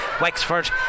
Wexford